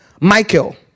Michael